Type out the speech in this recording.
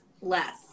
less